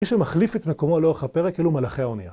מי שמחליף את מקומו לאורך הפרק אלו מלחי האוניה.